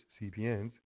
CPNs